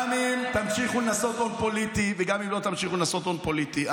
גם אם תמשיכו לנסות הון פוליטי וגם אם לא תמשיכו לנסות הון פוליטי,